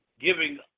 giving